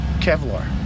Kevlar